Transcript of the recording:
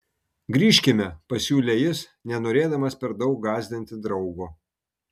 grįžkime pasiūlė jis nenorėdamas per daug gąsdinti draugo